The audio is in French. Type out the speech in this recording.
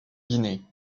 guinée